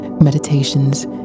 meditations